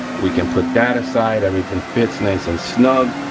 we can put that aside, everything fits nice and snug,